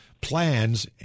plans